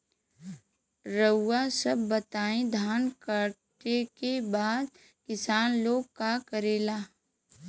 रउआ सभ बताई धान कांटेके बाद किसान लोग का करेला?